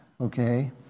okay